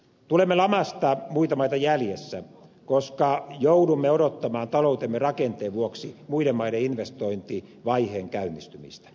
tulemme lamasta ulos muita maita jäljessä koska joudumme odottamaan taloutemme rakenteen vuoksi muiden maiden investointivaiheen käynnistymistä